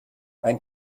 ein